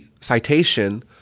citation